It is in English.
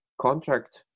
contract